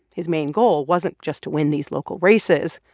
his main goal wasn't just to win these local races,